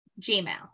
Gmail